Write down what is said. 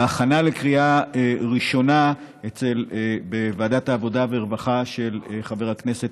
בהכנה לקריאה הראשונה בוועדת העבודה והרווחה של חבר הכנסת